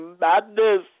madness